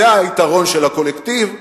זה היתרון של הקולקטיב,